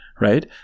right